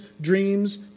dreams